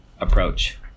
approach